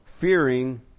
fearing